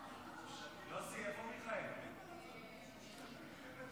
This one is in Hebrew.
אין נמנעים,